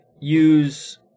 use